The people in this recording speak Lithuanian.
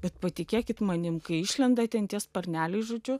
bet patikėkit manim kai išlenda ten tie sparneliai žodžiu